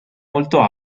molto